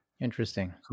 Interesting